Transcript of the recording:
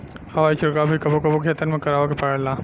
हवाई छिड़काव भी कबो कबो खेतन में करावे के पड़ेला